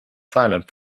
silent